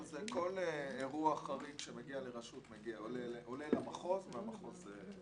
כל אירוע חריג שמגיע לרשות עולה למחוז ומהמחוז אלינו.